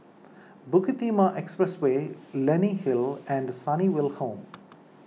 Bukit Timah Expressway Leonie Hill and Sunnyville Home